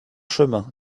chemin